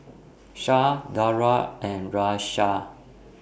Shah Dara and Raisya